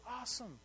awesome